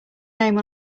name